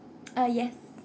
uh yes